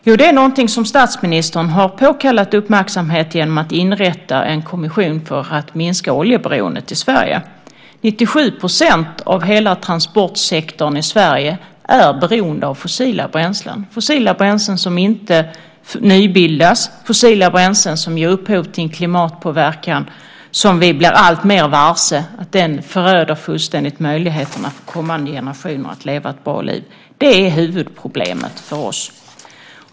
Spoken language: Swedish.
Jo, det är någonting som statsministern har påkallat uppmärksamhet på genom att inrätta en kommission för att minska oljeberoendet i Sverige. 97 % av hela transportsektorn i Sverige är beroende av fossila bränslen - fossila bränslen som inte nybildas och fossila bränslen som ger upphov till en klimatpåverkan som vi blir alltmer varse. Den föröder fullständigt möjligheterna för kommande generationer att leva ett bra liv. Det är huvudproblemet för oss.